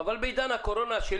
אבל בעידן הקורונה,